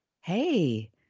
Hey